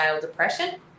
depression